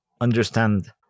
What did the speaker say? understand